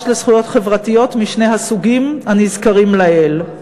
לזכויות חברתיות משני הסוגים הנזכרים לעיל,